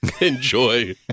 enjoy